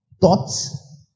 thoughts